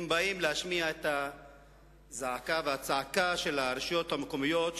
הם באים להשמיע את הזעקה והצעקה של הרשויות המקומיות,